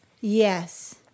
Yes